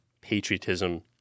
patriotism